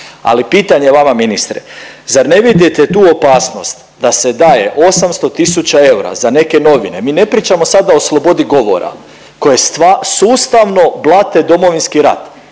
ali pitanje vama ministre, zar ne vidite tu opasnost da se daje 800 tisuća eura za neke novine, mi ne pričamo sada o slobodi govora, koje sustavno blate Domovinski rat.